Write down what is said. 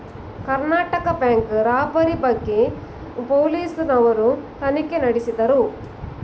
Karnataka bank robbery ಬಗ್ಗೆ police ನವರು ತನಿಖೆ ನಡೆಸಿದರು